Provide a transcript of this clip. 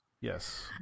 Yes